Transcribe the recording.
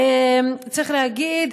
צריך להגיד,